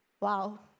Wow